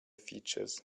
features